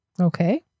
Okay